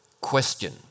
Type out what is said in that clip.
Question